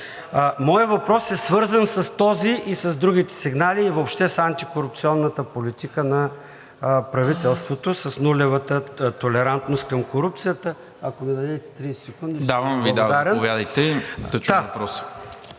Моят въпрос е свързан с този и с другите сигнали, и въобще с антикорупционната политика на правителството с нулевата толерантност към корупцията. (Председателят дава сигнал,